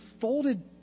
folded